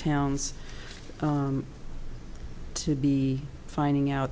towns to be finding out